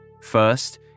First